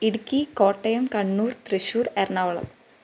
Idukki Kottayam Kannur Thrissur Ernakulam